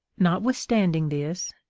notwithstanding this,